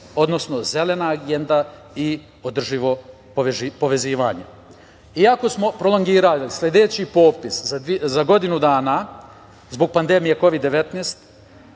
odnosno zelena agenda i održivo povezivanje. Iako smo prolongirali sledeći popis za godinu dana zbog pandemije Kovid-19,